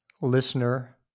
listener